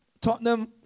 Tottenham